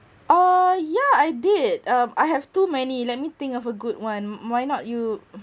oh yeah I did um I have too many let me think of a good one why not you